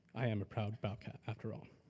i'm a proud bobcat after all.